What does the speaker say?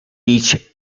each